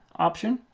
option.